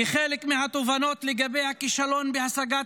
כחלק מהתובנות לגבי הכישלון בהשגת